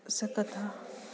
सकथा